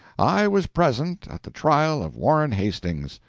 i was present at the trial of warren hastings.